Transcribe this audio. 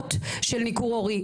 ואבות של ניכור הורי.